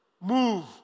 move